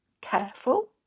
careful